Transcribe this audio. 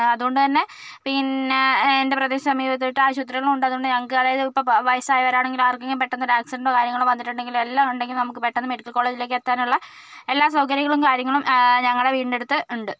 അതുകൊണ്ട് തന്നെ പിന്നെ എൻറെ പ്രദേശ സമീപത്തായിട്ട് ആശുപത്രികളും ഉണ്ട് അതുകൊണ്ട് ഞങ്ങൾക്ക് അതായത് ഇപ്പം വയസ്സായവരാണെങ്കിലും ആർക്കെങ്കിലും പെട്ടെന്ന് ഒരു ആക്സിഡൻറ്റോ കാര്യങ്ങളോ വന്നിട്ടുണ്ടെങ്കിൽ എല്ലാം ഉണ്ടെങ്കിൽ നമുക്ക് പെട്ടെന്ന് മെഡിക്കൽ കോളേജിലേക്ക് എത്താനുള്ള എല്ലാ സൗകര്യങ്ങളും കാര്യങ്ങളും ഞങ്ങളുടെ വീട്ടിൻറടുത്ത് ഉണ്ട്